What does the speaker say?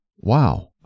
wow